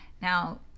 Now